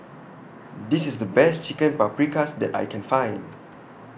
This IS The Best Chicken Paprikas that I Can Find